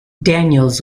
daniels